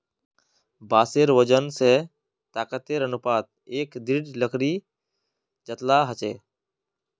बांसेर वजन स ताकतेर अनुपातत एक दृढ़ लकड़ी जतेला ह छेक